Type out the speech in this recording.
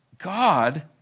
God